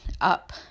up